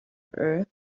earth